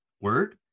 Word